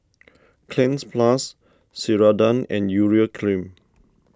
Cleanz Plus Ceradan and Urea Cream